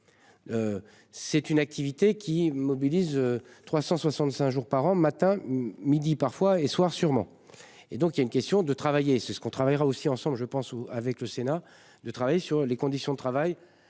C'est une activité qui mobilise 365 jours par an, matin midi parfois et soir sûrement, et donc il y a une question de travailler. C'est ce qu'on travaillera aussi ensemble je pense ou avec le Sénat, de travailler sur les conditions de travail